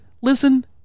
listen